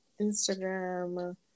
Instagram